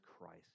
Christ